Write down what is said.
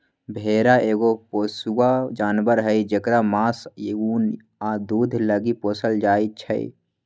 भेड़ा एगो पोसुआ जानवर हई जेकरा मास, उन आ दूध लागी पोसल जाइ छै